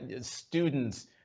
students